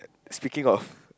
speaking of